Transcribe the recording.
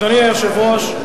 אדוני היושב-ראש,